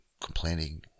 complaining